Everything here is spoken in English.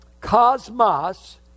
cosmos